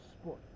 Sport